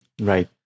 Right